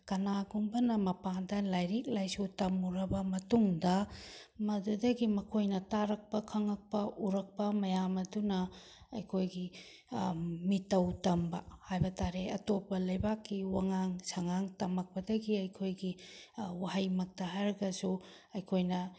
ꯀꯅꯥꯒꯨꯝꯕꯅ ꯃꯄꯥꯟꯗ ꯂꯥꯏꯔꯤꯛ ꯂꯥꯏꯁꯨ ꯇꯝꯃꯨꯔꯕ ꯃꯇꯨꯡꯗ ꯃꯗꯨꯗꯒꯤ ꯃꯈꯣꯏꯅ ꯇꯥꯔꯛꯄ ꯈꯪꯉꯛꯄ ꯎꯔꯛꯄ ꯃꯌꯥꯝ ꯑꯗꯨꯅ ꯑꯩꯈꯣꯏꯒꯤ ꯃꯤꯇꯧ ꯇꯝꯕ ꯍꯥꯏꯕ ꯇꯥꯔꯦ ꯑꯇꯣꯞꯄ ꯂꯩꯕꯥꯛꯀꯤ ꯋꯥꯉꯥꯡ ꯁꯉꯥꯡ ꯇꯝꯃꯛꯄꯗꯒꯤ ꯑꯩꯈꯣꯏꯒꯤ ꯋꯥꯍꯩꯃꯛꯇ ꯍꯥꯏꯔꯒꯁꯨ ꯑꯩꯈꯣꯏꯅ